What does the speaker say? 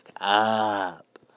up